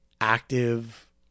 active